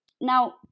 now